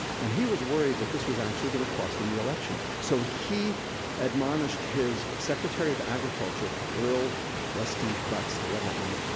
and he was worried that this was actually gonna cost him the election. so, he admonished his secretary of agriculture, earl rusty butz, i love that name,